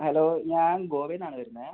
hello ഞാൻ ഗോവയിൽനിന്ന് ആണ് വരുന്നത്